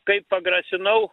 kaip pagrasinau